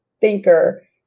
thinker